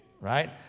right